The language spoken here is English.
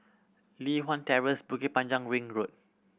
Li Hwan Terrace Bukit Panjang Ring Road